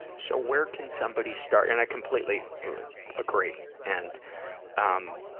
so where can somebody start and i completely agree and um